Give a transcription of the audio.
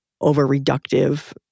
over-reductive